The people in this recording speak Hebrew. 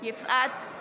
יפעת